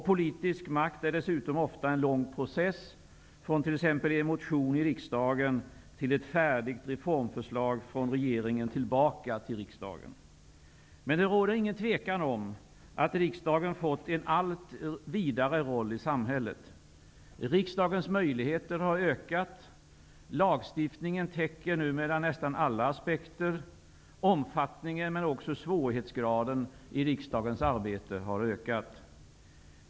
Politisk makt är dessutom ofta en lång process -- från t.ex. en motion i riksdagen till ett färdigt reformförslag från regeringen tillbaka till riksdagen. Men det råder inget tvivel om att riksdagen fått en allt vidare roll i samhället. Riksdagens möjligheter har ökat. Lagstiftningen täcker numera nästan alla aspekter. Omfattningen, men också svårighetsgraden i riksdagens arbete, har ökat.